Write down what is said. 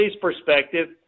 perspective